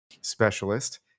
specialist